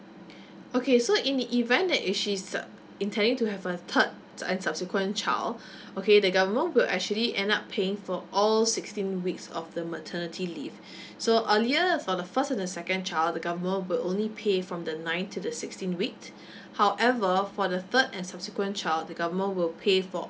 okay so in the event that if she's uh intending to have a third and subsequent child okay the government will actually end up paying for all sixteen weeks of the maternity leave so earlier for the first and the second child the government will only pay from the ninth to the sixteenth week however for the third and subsequent child the government will pay for